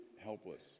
helpless